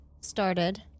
started